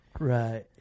Right